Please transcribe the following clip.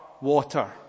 water